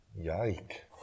Yike